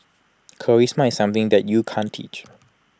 charisma is something that you can't teach